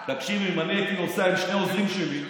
תקשיבי, אם אני הייתי נוסע עם שני העוזרים שלי,